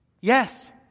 Yes